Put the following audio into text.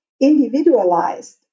individualized